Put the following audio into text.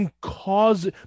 cause